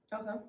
Okay